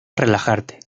relajarte